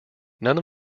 none